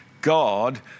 God